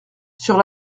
sur